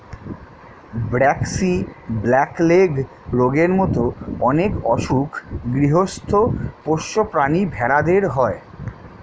braxy, black leg রোগের মত অনেক অসুখ গৃহস্ত পোষ্য প্রাণী ভেড়াদের হয়